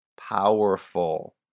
powerful